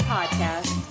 Podcast